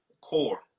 core